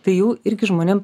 tai jau irgi žmonėm